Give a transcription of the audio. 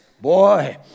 boy